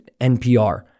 NPR